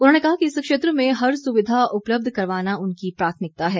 उन्होंने कहा कि इस क्षेत्र में हर सुविधा उपलब्ध करवाना उनकी प्राथमिकता है